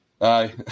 Aye